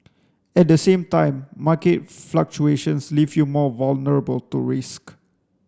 at the same time market fluctuations leave you more vulnerable to risk